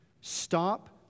Stop